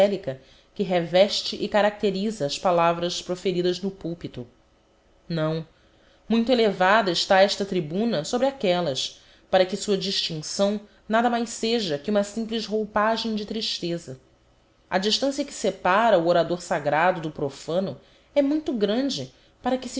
evangélica que reveste e caracterisa as palavras proferidas no púlpito não muito elevada está esta tribuna sobre aquellas para que sua distincção nada mais seja que uma simples roupagem de tristeza a distancia que separa o orador sagrado do profano é muito grande para que